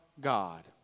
God